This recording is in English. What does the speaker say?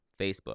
Facebook